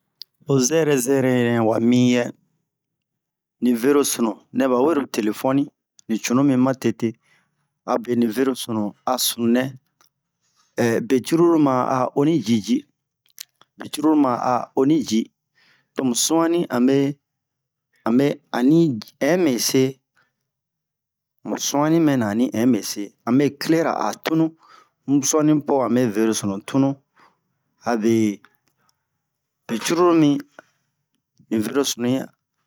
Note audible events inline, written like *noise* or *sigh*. Ho zɛrɛ zɛrɛ nɛ wa miyɛ ni verosunu nɛ bawe ro telefoni ni cunu mi ma tete abe ni verosunu a sunu nɛ *hesitation* be cururu ma a oni ji ji be cururu ma a oni ji tomu su'ani ame ame ani in mɛ se mu su'ani mɛna ani in mɛ se ame kilera a tunu mu su'ani po ame verosunu tunu abe be cururu mi ni verosunu'i